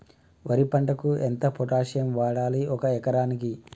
వరి పంటకు ఎంత పొటాషియం వాడాలి ఒక ఎకరానికి?